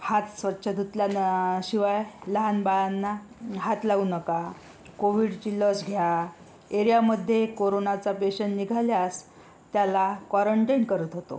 हात स्वच्छ धुतल्या शिवाय लहान बाळांना हात लावू नका कोविडची लस घ्या एरियामध्ये कोरोनाचा पेंशंट निघाल्यास त्याला क्वोरंटिड करत होतो